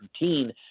routine